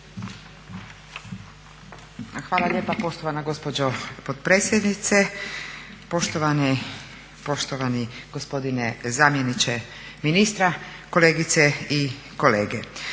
Hvala lijepa poštovana gospođo potpredsjednice, poštovani gospodine zamjeniče ministra, kolegice i kolege.